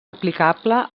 aplicable